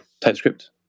TypeScript